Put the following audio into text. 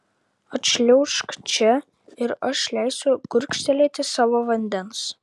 atšliaužk čia ir aš leisiu gurkštelėti savo vandens